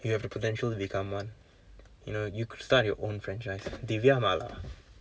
you have the potential to become one you know you could start your own franchise diviya mala